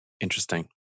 Interesting